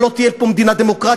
ולא תהיה פה מדינה דמוקרטית,